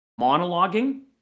monologuing